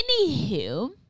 Anywho